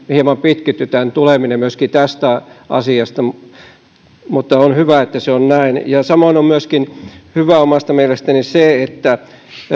hieman pitkittyi myöskin tästä asiasta johtuen mutta on hyvä että se on näin samoin on myöskin hyvä omasta mielestäni että